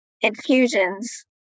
infusions